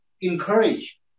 encourage